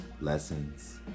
lessons